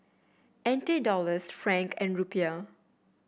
N T Dollars franc and Rupiah